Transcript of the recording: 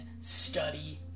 study